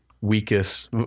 weakest